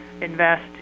invest